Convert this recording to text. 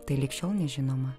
tai lig šiol nežinoma